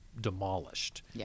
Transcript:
demolished